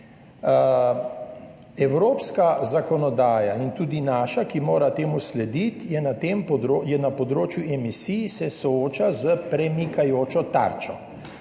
Evropska zakonodaja, in tudi naša, ki mora temu slediti, se na področju emisij sooča s premikajočo se tarčo.